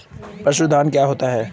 पशुधन क्या होता है?